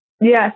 Yes